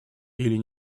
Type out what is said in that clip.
или